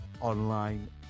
online